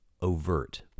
overt